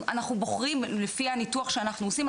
אנחנו בוחרים לפי הניתוח שאנחנו עושים,